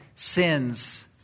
sins